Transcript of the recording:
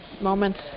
moments